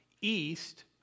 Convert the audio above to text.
east